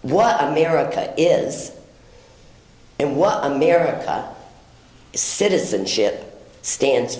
what america is and what america citizenship stan